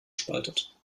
spaltet